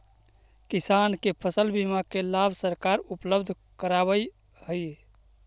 किसान के फसल बीमा के लाभ सरकार उपलब्ध करावऽ हइ